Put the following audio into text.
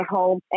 home